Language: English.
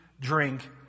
drink